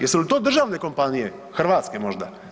Jesu li to državne kompanije, hrvatske možda?